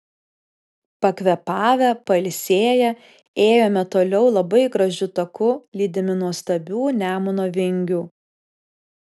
pakvėpavę pailsėję ėjome toliau labai gražiu taku lydimi nuostabių nemuno vingių